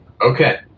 Okay